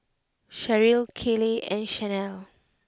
Cheryle Kayleigh and Chanelle